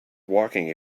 walking